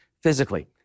physically